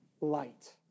light